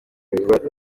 bivugwa